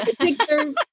pictures